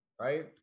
right